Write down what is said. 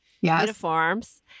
uniforms